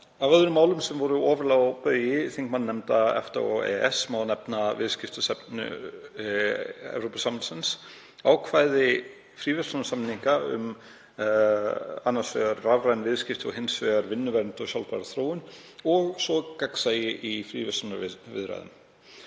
Af öðrum málum sem voru ofarlega á baugi þingmannanefnda EFTA og EES má nefna viðskiptastefnu Evrópusambandsins, ákvæði fríverslunarsamninga um annars vegar rafræn viðskipti og hins vegar um vinnuvernd og sjálfbæra þróun, og gagnsæi í fríverslunarviðræðum.